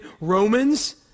Romans